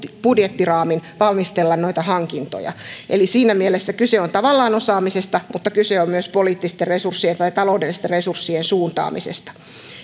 budjettiraamin valmistella noita hankintoja eli siinä mielessä kyse on tavallaan osaamisesta mutta kyse on myös poliittisten resurssien tai taloudellisten resurssien suuntaamisesta